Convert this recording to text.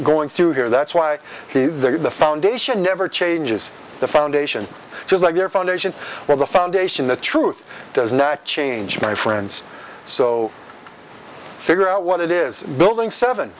going through here that's why they're the foundation never changes the foundation just like their foundation where the foundation the truth does not change my friends so figure out what it is building seven